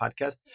podcast